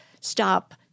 stop